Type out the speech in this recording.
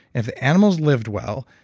if animals lived well,